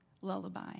lullaby